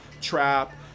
trap